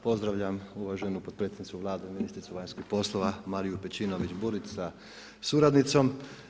Pozdravljam uvaženu potpredsjednicu Vlade i ministricu vanjskih poslova Mariju Pejčinović Burić sa suradnicom.